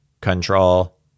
Control